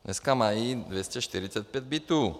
Dneska mají 245 bytů.